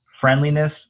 friendliness